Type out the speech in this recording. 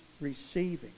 receiving